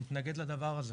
אני מתנגד לדבר הזה.